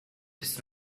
this